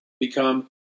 become